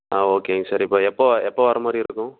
ஆ ஓகேங்க சார் இப்போ எப்போ எப்போ வர மாதிரி இருக்கும்